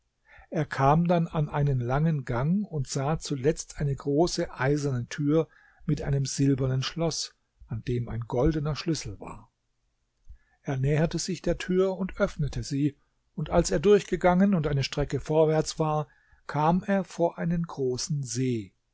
er kam dann an einen langen gang und sah zuletzt eine große eiserne tür mit einem silbernen schloß an dem ein goldener schlüssel war er näherte sich der tür und öffnete sie und als er durchgegangen und eine strecke vorwärts war kam er vor einen großen see